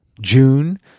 June